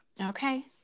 okay